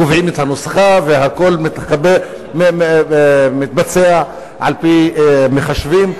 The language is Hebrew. קובעים את הנוסחה והכול מתבצע על-פי מחשבים.